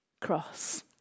cross